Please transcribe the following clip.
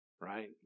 right